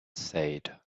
said